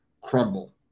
crumble